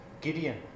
Gideon